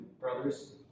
brothers